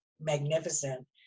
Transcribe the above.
magnificent